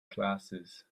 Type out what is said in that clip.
classes